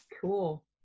cool